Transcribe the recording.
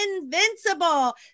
invincible